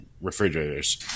refrigerators